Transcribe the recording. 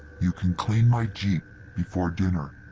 you can clean my jeep before dinner.